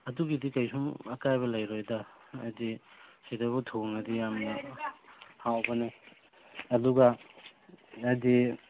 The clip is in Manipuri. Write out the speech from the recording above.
ꯑꯗꯨꯒꯤꯗꯤ ꯀꯩꯁꯨꯝ ꯑꯀꯥꯏꯕ ꯂꯩꯔꯣꯏꯗ ꯍꯥꯏꯗꯤ ꯁꯤꯗꯕꯨ ꯊꯣꯡꯉꯗꯤ ꯌꯥꯝꯅ ꯍꯥꯎꯕꯅꯦ ꯑꯗꯨꯒ ꯍꯥꯏꯗꯤ